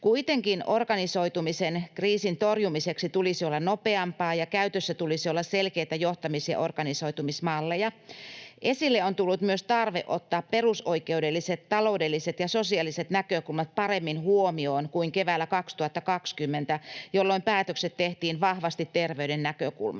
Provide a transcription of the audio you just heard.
Kuitenkin organisoitumisen kriisin torjumiseksi tulisi olla nopeampaa ja käytössä tulisi olla selkeitä johtamis- ja organisoitumismalleja. Esille on tullut myös tarve ottaa perusoikeudelliset, taloudelliset ja sosiaaliset näkökulmat paremmin huomioon kuin keväällä 2020, jolloin päätökset tehtiin vahvasti terveyden näkökulmasta.